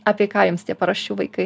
apie ką jums tie paraščių vaikai